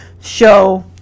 show